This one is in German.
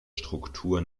struktur